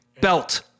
Belt